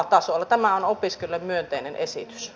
tämä on opiskelijoille myönteinen esitys